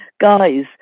guys